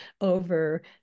over